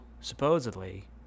supposedly